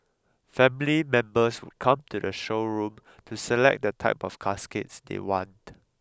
family members would come to the showroom to select the type of caskets they want